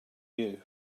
you